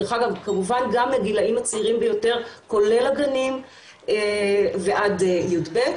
דרך אגב גם לגילאים הצעירים ביותר כולל הגנים ועד י"ב,